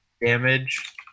damage